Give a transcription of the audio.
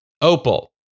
opal